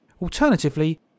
Alternatively